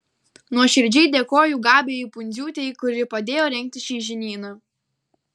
nuoširdžiai dėkoju gabijai pundziūtei kuri padėjo rengti šį žinyną